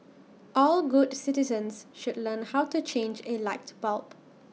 all good citizens should learn how to change A light bulb